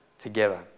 Together